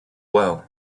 well